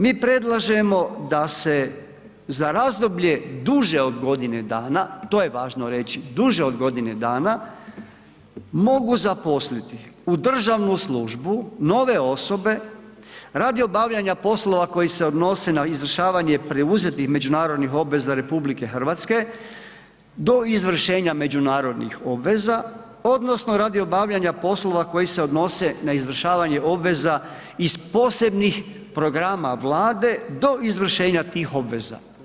Mi predlažemo da se za razdoblje duže od godine dana, to je važno reći, duže od godine dana, mogu zaposliti u državnu službu nove osobe radi obavljanja poslova koji se odnose na izvršavanje preuzetih međunarodnih obveza RH, do izvršenja međunarodnih obveza, odnosno radi obavljanja poslova koji se odnose na izvršavanje obveza iz posebnih programa Vlade do izvršenja tih obaveza.